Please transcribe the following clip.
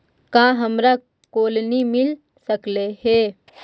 का हमरा कोलनी मिल सकले हे?